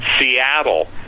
Seattle